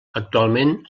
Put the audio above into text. actualment